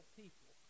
people